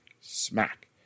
smack